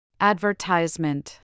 Advertisement